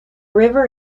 river